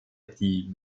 petit